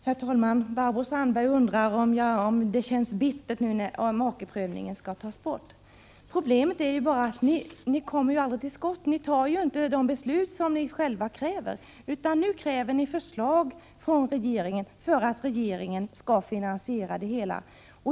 Herr talman! Barbro Sandberg undrar om det känns bittert att makeprövningen skall tas bort. Problemet är att ni aldrig kommer till skott. Ni tar ju inte de beslut som ni själva kräver. Nu kräver ni förslag från regeringen om hur det hela skall finansieras.